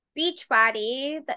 Beachbody